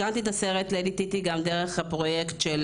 הקרנתי את הסרט ליידי טיטי גם דרך הפרוייקט של